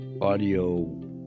audio